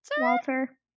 Walter